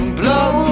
blow